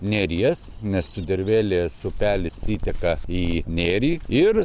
neries nes sudervėlės upelis įteka į nėrį ir